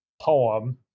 poem